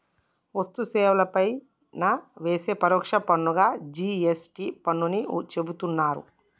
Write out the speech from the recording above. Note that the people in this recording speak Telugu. వస్తు సేవల పైన వేసే పరోక్ష పన్నుగా జి.ఎస్.టి పన్నుని చెబుతున్నరు